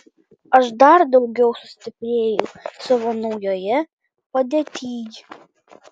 aš dar daugiau sustiprėjau savo naujoje padėtyj